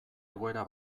egoera